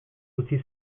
utzi